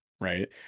right